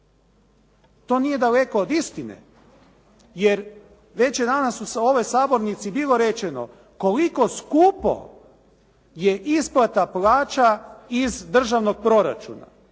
To nije daleko od istine. Jer već je danas u ovoj sabornici bilo rečeno koliko skupno je isplata plaća iz državnog proračuna.